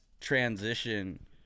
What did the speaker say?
transition